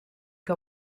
que